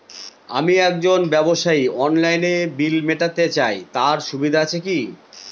আমি একজন ব্যবসায়ী অনলাইনে বিল মিটাতে চাই তার সুবিধা আছে কি?